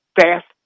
fast